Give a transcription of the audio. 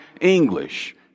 English